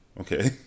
Okay